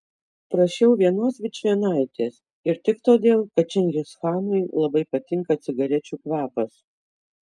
prašiau vienos vičvienaitės ir tik todėl kad čingischanui labai patinka cigarečių kvapas